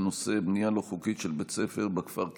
בנושא: בנייה לא חוקית של בית ספר בכפר קיסאן.